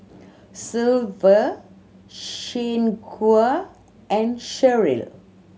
Sylva Shanequa and Sherrill